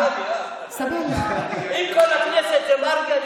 אם כל הכנסת זה מרגי,